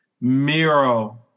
Miro